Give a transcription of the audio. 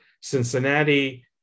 Cincinnati